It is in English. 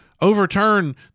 overturn